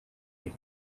and